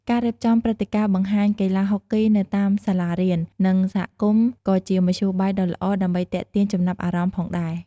ការរៀបចំព្រឹត្តិការណ៍បង្ហាញកីឡាហុកគីនៅតាមសាលារៀន និងសហគមន៍ក៏ជាមធ្យោបាយដ៏ល្អដើម្បីទាក់ទាញចំណាប់អារម្មណ៍ផងដែរ។